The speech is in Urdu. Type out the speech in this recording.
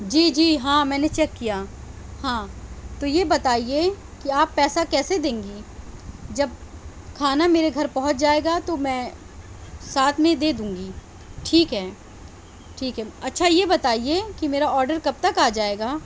جی جی ہاں میں نے چیک کیا ہاں تو یہ بتائیے کہ آپ پیسہ کیسے دیں گی جب کھانا میرے گھر پہنچ جائے گا تو میں ساتھ میں دے دوں گی ٹھیک ہے ٹھیک ہے اچھا یہ بتائیے کہ میرا آڈر کب تک آ جائے گا